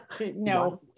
No